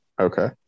okay